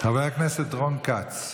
חבר הכנסת רון כץ.